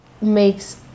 makes